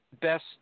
best